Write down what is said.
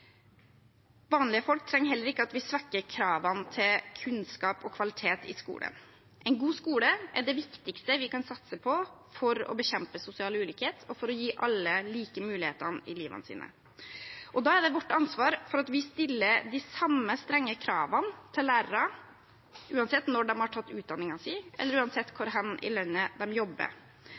Vanlige folk trenger heller ikke at vi svekker kravene til kunnskap og kvalitet i skolen. En god skole er det viktigste vi kan satse på for å bekjempe sosial ulikhet og for å gi alle like muligheter i livet. Da er det vårt ansvar at vi stiller de samme strenge kravene til lærere, uansett når de har tatt utdanningen sin, eller uansett hvor i landet de jobber.